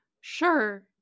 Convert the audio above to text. Sure